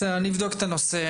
אני אבדוק את הנושא.